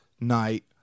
night